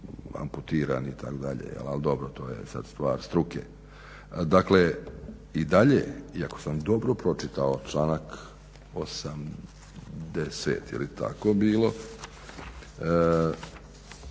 amputirani itd. Ali dobro toj je sada stvar struke. Dakle i dalje, i ako sam dobro pročitao članak 80. je li tako bilo?